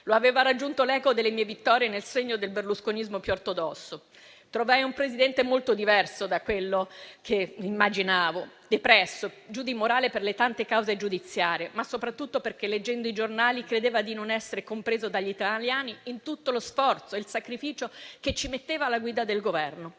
Lo aveva raggiunto l'eco delle mie vittorie nel segno del berlusconismo più ortodosso. Trovai un Presidente molto diverso da quello che immaginavo: depresso, giù di morale per le tante cause giudiziarie, ma soprattutto perché, leggendo i giornali, credeva di non essere compreso dagli italiani, in tutto lo sforzo e il sacrificio che ci metteva alla guida del Governo.